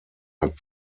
hat